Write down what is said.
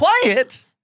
Quiet